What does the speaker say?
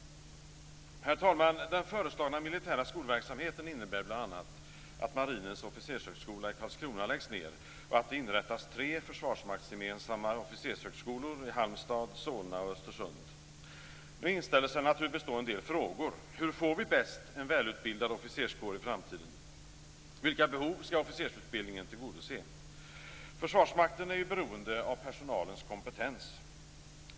Herr talman! Den föreslagna militära skolverksamheten innebär bl.a. att Marinens officershögskola i Solna och Östersund. Nu inställer sig naturligtvis en del frågor. Hur får vi bäst en välutbildad officerskår i framtiden? Vilka behov skall officersutbildningen tillgodose? Försvarsmakten är beroende av personalens kompetens.